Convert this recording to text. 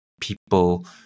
people